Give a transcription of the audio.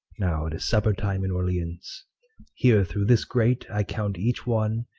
now it is supper time in orleance here, through this grate, i count each one,